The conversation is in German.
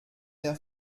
der